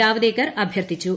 ജാവ്ദേക്കർ അഭ്യർത്ഥിച്ചു